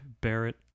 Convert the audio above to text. Barrett